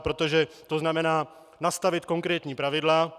Protože to znamená nastavit konkrétní pravidla.